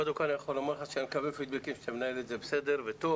קודם כל אני יכול לומר לך שאני מקבל פידבקים שאתה מנהל את זה בסדר וטוב,